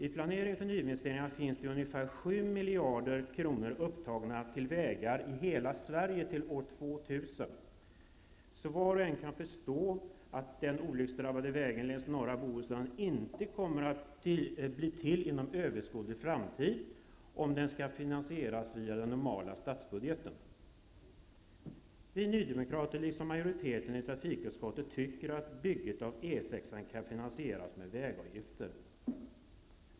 I planeringen för nyinvesteringar finns det ungefär 7 miljarder kronor upptagna till vägar i hela Sverige till år 2000. Var och en kan därför förstå att den olycksdrabbade vägen längs norra Bohuslän inte kommer att bli till inom överskådlig framtid om den skall finansieras via den normala statsbudgeten. Vi nydemokrater, liksom majoriteten i trafikutskottet, tycker att bygget av E 6:an kan finansieras med vägavgifter.